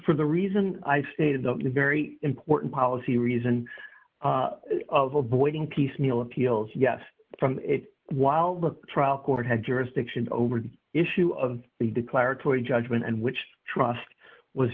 for the reason i stated the very important policy reason of avoiding piecemeal appeals yes it while the trial court had jurisdiction over the issue of the declaratory judgment and which trust was